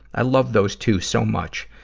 i love those two so much.